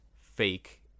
fake